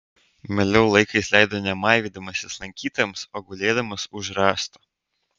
mieliau laiką jis leido ne maivydamasis lankytojams o gulėdamas už rąsto